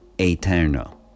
Eterno